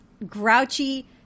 grouchy